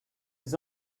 his